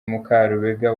mukarubega